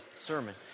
sermon